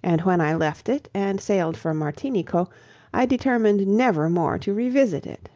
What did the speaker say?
and when i left it and sailed for martinico i determined never more to revisit it.